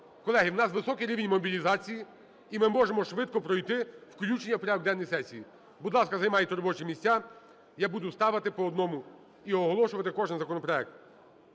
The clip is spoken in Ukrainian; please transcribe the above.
Колеги, в нас високий рівень мобілізації, і ми можемо швидко пройти включення у порядок денний сесії. Будь ласка, займайте робочі місця, я буду ставити по одному і оголошувати кожен законопроект.